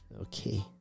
Okay